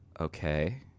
okay